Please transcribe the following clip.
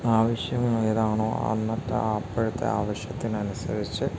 ആവശ്യം ഏതാണോ എന്നിട്ട് അപ്പോഴത്തെ ആവശ്യത്തിന് അനുസരിച്ചു